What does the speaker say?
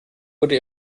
wurde